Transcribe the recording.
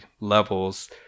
levels